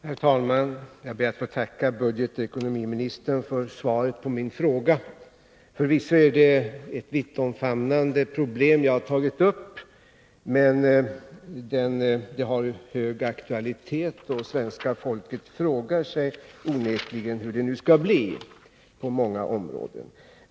Herr talman! Jag ber att få tacka ekonomioch budgetministern för svaret på min fråga. Förvisso är det ett vittomfamnande problem som jag har tagit upp, men det har hög aktualitet, och svenska folket frågar sig onekligen hur det nu skall bli på många områden.